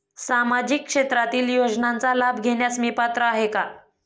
सामाजिक क्षेत्रातील योजनांचा लाभ घेण्यास मी पात्र आहे का?